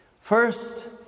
First